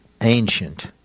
ancient